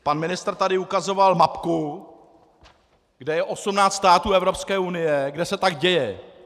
Pan ministr tady ukazoval mapku, kde je 18 států Evropské unie, kde se tak děje.